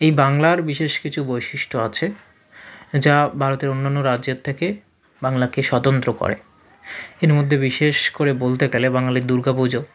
এই বাংলার বিশেষ কিছু বৈশিষ্ট আছে যা ভারতের অন্যান্য রাজ্যের থেকে বাংলাকে স্বতন্ত্র করে এর মধ্যে বিশেষ করে বলতে গেলে বাঙালির দুর্গা পুজো